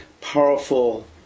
powerful